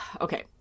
okay